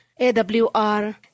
AWR